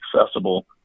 accessible